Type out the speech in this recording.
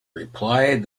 replied